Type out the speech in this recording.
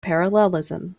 parallelism